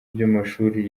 by’amashuri